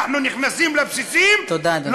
אנחנו נכנסים לבסיסים, תודה, אדוני.